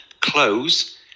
close